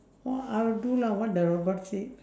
what I'll do lah what the robot said